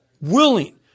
willing